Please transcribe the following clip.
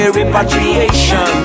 repatriation